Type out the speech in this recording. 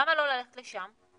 למה לא ללכת לשם?